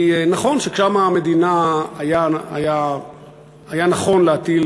נכון שכשקמה המדינה היה נכון להטיל